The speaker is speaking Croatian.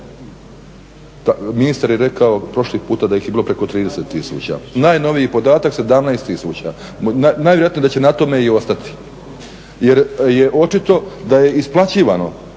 Ministar je rekao prošli puta da ih je bilo preko 30 tisuća. Najnoviji podatak 17 tisuća. Najvjerojatnije da će na tome i ostati jer je očito da je isplaćivano.